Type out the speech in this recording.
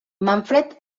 manfred